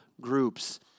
groups